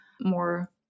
more